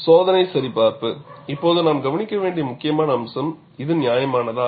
சோதனை சரிப்பார்ப்பு இப்போது நாம் கவனிக்க வேண்டிய முக்கியமான அம்சம் இது நியாயமானதா